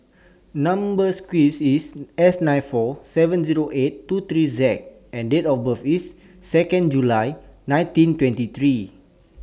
Number sequence IS S nine four seven Zero eight two three Z and Date of birth IS Second July nineteen twenty three